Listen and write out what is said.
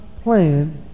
plan